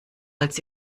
als